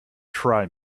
try